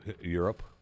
Europe